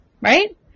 right